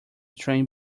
train